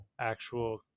actual